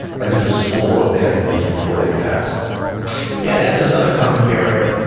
like there's a score they have to meet before they can ask yeah, that's another common barrier.